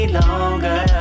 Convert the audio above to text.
longer